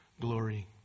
glory